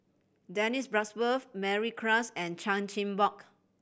Dennis Bloodworth Mary Klass and Chan Chin Bock